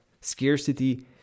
scarcity